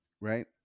right